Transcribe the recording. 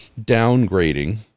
downgrading